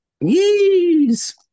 Yeez